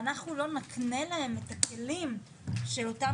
אם אנחנו לא נתנה להם את הכלים של אותם